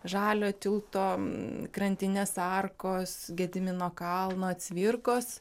žaliojo tilto krantinės arkos gedimino kalno cvirkos